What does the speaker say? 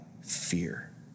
fear